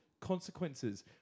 Consequences